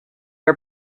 are